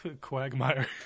Quagmire